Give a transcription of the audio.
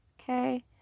okay